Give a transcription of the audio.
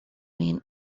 means